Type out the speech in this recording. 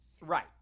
Right